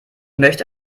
möchte